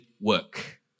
work